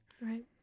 Right